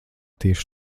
tieši